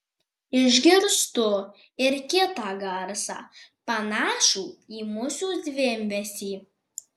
išgirstu ir kitą garsą panašų į musių zvimbesį